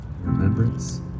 remembrance